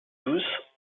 douce